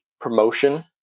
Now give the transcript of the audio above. promotion